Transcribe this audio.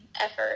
effort